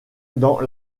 dans